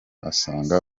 asanga